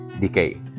decay